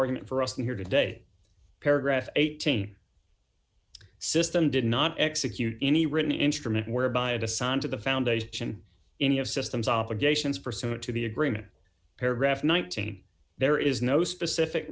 argument for us and here today paragraph eighteen system did not execute any written instrument whereby it assigned to the foundation any of systems obligations pursuant to the agreement paragraph nineteen there is no specific